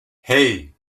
hey